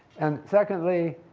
and, secondly,